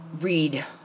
read